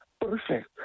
perfect